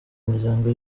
muryango